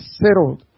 settled